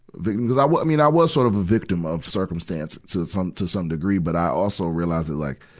victim cuz i was, i mean, i was sort of a victim of circumstances to some, to some degree. but i also realized that like,